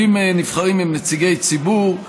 70 נבחרים הם נציגי ציבור,